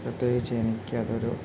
പ്രത്യേകിച്ച് എനിക്ക് അതൊരു